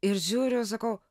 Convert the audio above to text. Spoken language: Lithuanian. ir žiūriu sakau